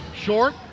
Short